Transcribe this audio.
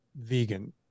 vegan